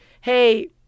hey